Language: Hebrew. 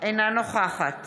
אינה נוכחת